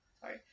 Sorry